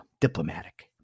diplomatic